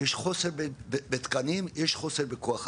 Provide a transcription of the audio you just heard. יש חוסר בתקנים, יש חוסר בכוח אדם.